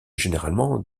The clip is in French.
généralement